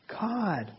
God